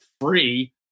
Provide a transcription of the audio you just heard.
free